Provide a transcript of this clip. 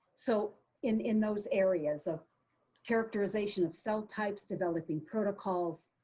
so in in those areas of characterization of cell types, developing protocols,